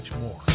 more